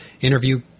interview